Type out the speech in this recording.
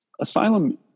asylum